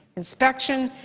inspection,